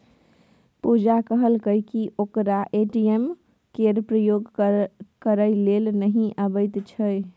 पुजा कहलकै कि ओकरा ए.टी.एम केर प्रयोग करय लेल नहि अबैत छै